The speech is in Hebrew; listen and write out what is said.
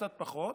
קצת פחות.